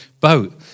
boat